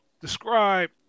Describe